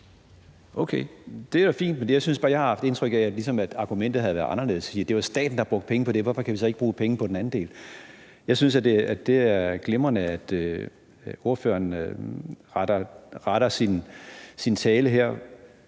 Okay, det er da fint, men jeg synes bare, at jeg har haft indtryk af, at argumentet ligesom har været anderledes, altså at sige, at det var staten, der brugte penge på det, og hvorfor kan vi så ikke bruge penge på den anden del? Jeg synes, at det er glimrende, at ordføreren retter sin tale her.